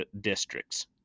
districts